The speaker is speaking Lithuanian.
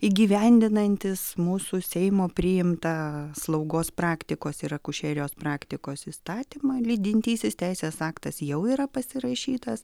įgyvendinantis mūsų seimo priimtą slaugos praktikos ir akušerijos praktikos įstatymą lydintysis teisės aktas jau yra pasirašytas